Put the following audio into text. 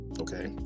Okay